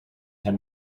had